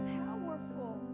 powerful